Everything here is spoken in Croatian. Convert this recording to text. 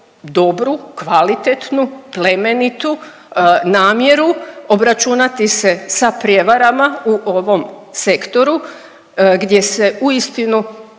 dobru, kvalitetnu, plemenitu namjeru obračunati se sa prijevarama u ovom sektoru gdje se uistinu